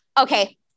okay